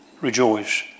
Rejoice